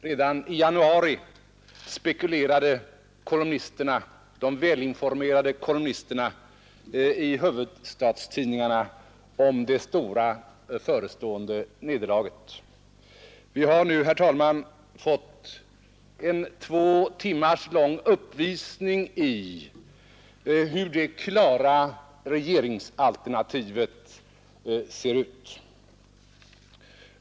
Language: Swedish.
Redan i januari spekulerade de välinformerade kolumnisterna i huvudstadstidningarna om det stora förestående nederlaget. Nu har vi fått en två timmar lång uppvisning i hur det klara alternativet till regeringslinjen ser ut!